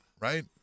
right